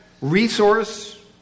resource